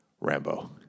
Rambo